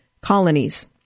Colonies